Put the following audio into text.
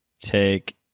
take